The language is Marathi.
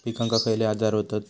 पिकांक खयले आजार व्हतत?